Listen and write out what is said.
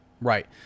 Right